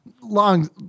Long